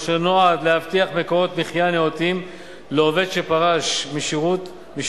אשר נועד להבטיח מקורות מחיה נאותים לעובד שפרש משירותו